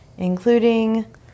Including